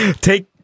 Take